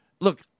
look